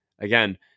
Again